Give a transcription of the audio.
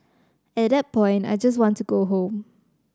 at that point I just want to go home